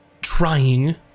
trying